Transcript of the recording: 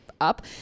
up